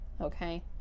Okay